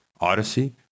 Odyssey